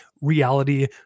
reality